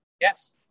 Yes